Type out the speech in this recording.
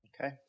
Okay